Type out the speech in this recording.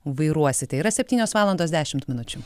vairuosite yra septynios valandos dešimt minučių